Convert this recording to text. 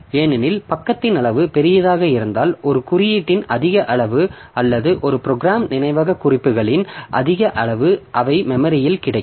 ஏனெனில் பக்கத்தின் அளவு பெரியதாக இருந்தால் ஒரு குறியீட்டின் அதிக அளவு அல்லது ஒரு ப்ரோக்ராம் நினைவக குறிப்புகளின் அதிக அளவு அவை மெமரியில் கிடைக்கும்